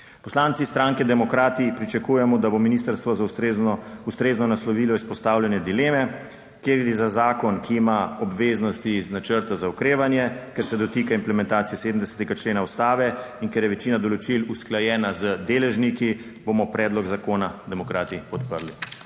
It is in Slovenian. Poslanci stranke Demokrati pričakujemo, da bo ministrstvo ustrezno, ustrezno naslovilo izpostavljene dileme. Kjer gre za zakon, ki ima obveznosti iz načrta za okrevanje, ker se dotika implementacije 70. člena Ustave in ker je večina določil usklajena z deležniki, bomo predlog zakona Demokrati podprli.